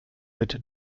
mit